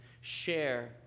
share